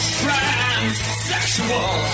transsexual